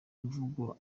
imvugo